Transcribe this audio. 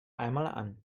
einmal